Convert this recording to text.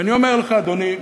ואני אומר לך, אדוני,